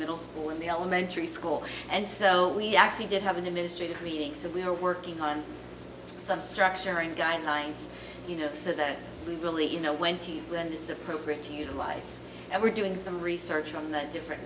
middle school and the elementary school and so we actually did have an administration reading so we were working on some structure in guidelines you know so that we really you know when to when this is appropriate to utilize and we're doing some research on the different